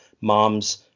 moms